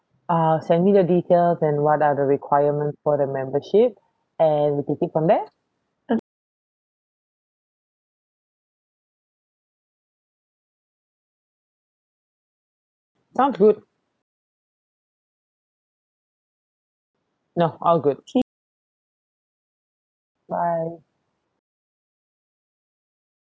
uh send me the details and what are the requirements for the membership and take it from there sounds good no all good bye